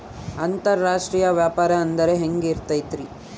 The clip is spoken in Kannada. ಅಂತರಾಷ್ಟ್ರೇಯ ವ್ಯಾಪಾರ ಅಂದ್ರೆ ಹೆಂಗಿರ್ತೈತಿ?